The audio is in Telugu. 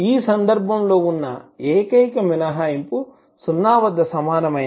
ఈ సందర్భంలో ఉన్న ఏకైక మినహాయింపు 0 వద్ద సమానమైన Fs సింపుల్ పోల్